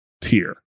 tier